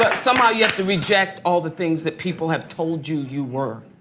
so ah you have to reject all the things that people have told you you were.